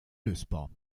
lösbar